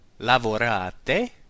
lavorate